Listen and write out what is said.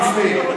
תשמעי,